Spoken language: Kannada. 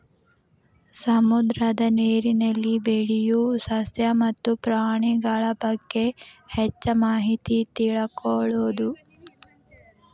ಸಮುದ್ರದ ನೇರಿನಲ್ಲಿ ಬೆಳಿಯು ಸಸ್ಯ ಮತ್ತ ಪ್ರಾಣಿಗಳಬಗ್ಗೆ ಹೆಚ್ಚ ಮಾಹಿತಿ ತಿಳಕೊಳುದು